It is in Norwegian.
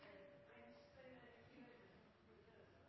kan